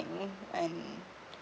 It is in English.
and